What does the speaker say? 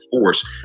force